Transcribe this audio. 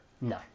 No